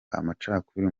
amacakubiri